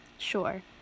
Sure